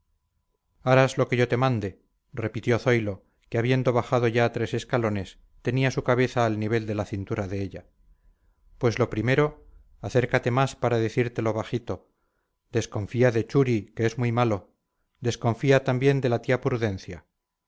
harás lo que te mande repitió zoilo que habiendo bajado ya tres escalones tenía su cabeza al nivel de la cintura de ella pues lo primero acércate más para decírtelo bajito desconfía de churi que es muy malo desconfía también de la tía prudencia